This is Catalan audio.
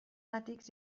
àtics